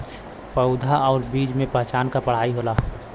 पउधा आउर बीज के पहचान क पढ़ाई होला